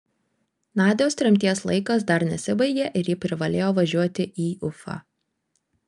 nadios tremties laikas dar nesibaigė ir ji privalėjo važiuoti į ufą